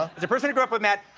as a person who grew up with mad,